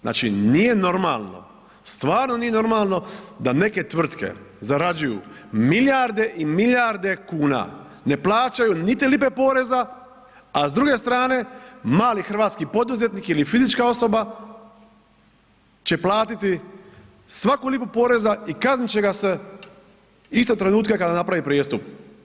Znači, nije normalno, stvarno nije normalno da neke tvrtke zarađuju milijarde i milijarde kuna, ne plaćaju niti lipe poreza, a s druge strane mali hrvatski poduzetnik ili fizička osoba će platiti svaku lipu poreza i kaznit će ga se istog trenutka kada napravi prijestup.